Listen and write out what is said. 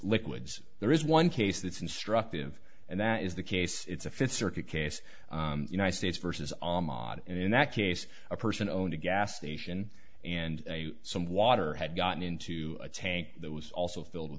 liquids there is one case that's instructive and that is the case it's a fifth circuit case united states versus ahmad and in that case a person owned a gas station and some water had gotten into a tank that was also filled with